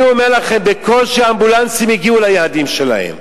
אני אומר לכם שבקושי האמבולנסים הגיעו ליעדים שלהם.